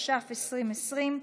התש"ף 2020,